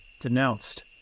denounced